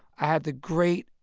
i had the great,